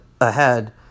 ahead